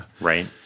Right